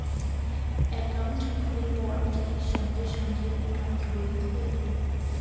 Account খুলির পর কি সঙ্গে সঙ্গে একাউন্ট বই দিবে?